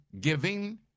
giving